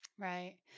Right